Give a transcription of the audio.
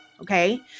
okay